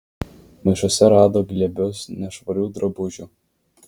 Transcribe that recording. maišuose rado glėbius nešvarių drabužių